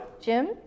Jim